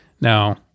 Now